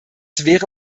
wäre